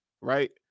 right